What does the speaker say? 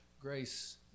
Grace